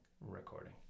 recording